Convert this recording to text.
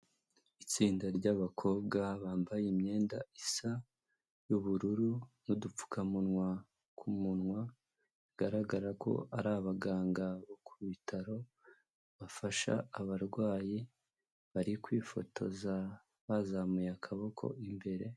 Itsinda ryabakobwa bambaye imyenda isa y'ubururu n'udupfukamunwa ku kumunwa, bigaragara ko ari abaganga bo ku bitaro bafasha abarwayi, bari kwifotoza bazamuye akaboko imbere.